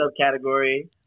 subcategory